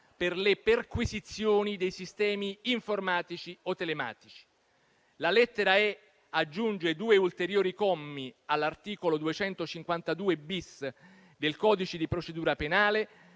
per le perquisizioni dei sistemi informatici o telematici. La lettera *e*) aggiunge due ulteriori commi all'articolo 252-*bis* del codice di procedura penale,